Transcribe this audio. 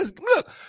Look